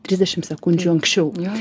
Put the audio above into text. trisdešim sekundžių anksčiau